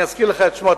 אני אזכיר לך את שמו,